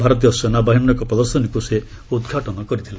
ଭାରତୀୟ ସେନାବାହିନୀର ଏକ ପ୍ରଦର୍ଶନୀକୁ ସେ ଉଦ୍ଘାଟନ କରିଥିଲେ